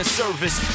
service